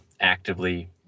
actively